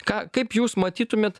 ką kaip jūs matytumėt